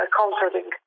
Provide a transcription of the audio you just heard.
comforting